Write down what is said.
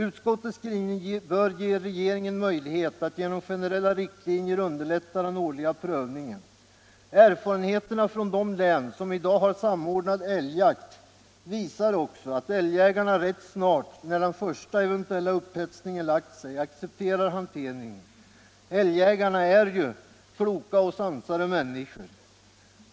Utskottets skrivning ger regeringen möjligheter att genom generella riktlinjer underlätta den årliga prövningen. Erfarenheterna från de län som i dag har samordnad älgjakt visar också att älgjägarna rätt snart, när den första eventuella upphetsningen lagt sig, accepterar hanteringen. Älgjägarna är ju kloka och sansade människor.